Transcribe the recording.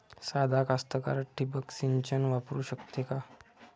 सादा कास्तकार ठिंबक सिंचन वापरू शकते का?